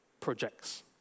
projects